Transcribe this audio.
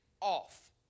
off